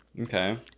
Okay